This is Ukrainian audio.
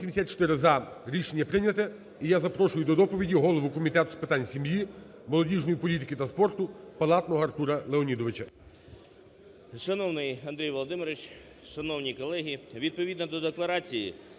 Відповідно до Декларації